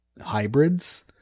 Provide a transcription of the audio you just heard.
hybrids